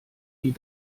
die